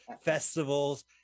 festivals